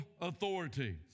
authority